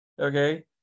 Okay